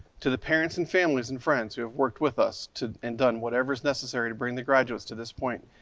to the parents and families and friends who have worked with us too, and done whatever is necessary to bring the graduates to this point,